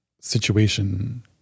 situation